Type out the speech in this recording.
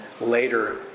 later